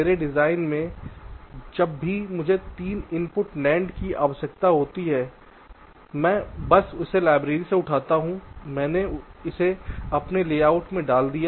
मेरे डिजाइन में जब भी मुझे तीन इनपुट NAND की आवश्यकता होती है मैं बस इसे लाइब्रेरी से उठाता हूं मैंने इसे अपने लेआउट में डाल दिया